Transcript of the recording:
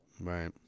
Right